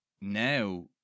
now